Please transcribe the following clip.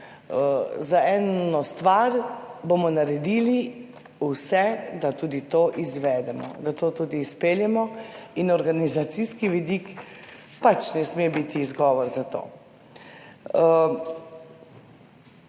za eno stvar, bomo naredili vse, da tudi to izvedemo, da to tudi izpeljemo. In organizacijski vidik pač ne sme biti izgovor za to.